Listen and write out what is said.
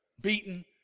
beaten